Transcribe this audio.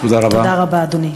תודה רבה, אדוני.